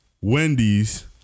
Wendy's